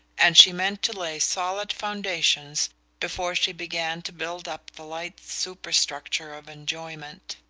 and she meant to lay solid foundations before she began to build up the light super-structure of enjoyment.